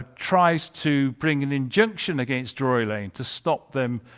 tries to bring an injunction against drury lane to stop them